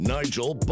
Nigel